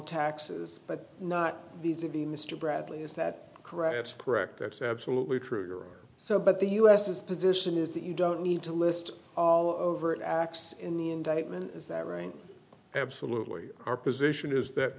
taxes but not these to be mr bradley is that correct that's correct that's absolutely true or so but the u s his position is that you don't need to list all over x in the indictment is that right absolutely our position is that